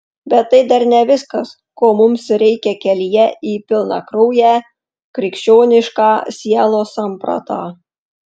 bet tai dar ne viskas ko mums reikia kelyje į pilnakrauję krikščionišką sielos sampratą